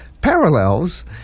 parallels